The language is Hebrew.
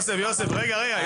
יוסף, רגע, רגע.